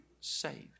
saved